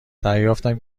دریافتم